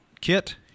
Kit